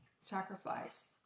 sacrifice